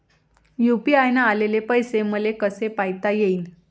UPI न आलेले पैसे मले कसे पायता येईन?